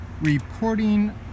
Reporting